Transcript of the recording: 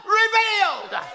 revealed